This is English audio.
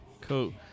cool